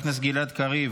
חבר הכנסת גלעד קריב,